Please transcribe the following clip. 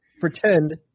pretend